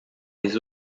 les